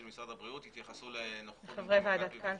משרד הבריאות יתייחסו לנוכחות חברי ועדת קלפי וכולי.